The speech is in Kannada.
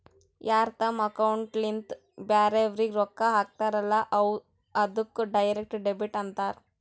ಯಾರ್ ತಮ್ ಅಕೌಂಟ್ಲಿಂತ್ ಬ್ಯಾರೆವ್ರಿಗ್ ರೊಕ್ಕಾ ಹಾಕ್ತಾರಲ್ಲ ಅದ್ದುಕ್ ಡೈರೆಕ್ಟ್ ಡೆಬಿಟ್ ಅಂತಾರ್